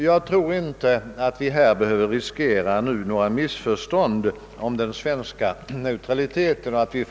Jag tror inte att vi för den skull behöver riskera några missförstånd om den svenska neutraliteten.